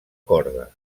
corda